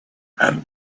and